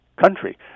country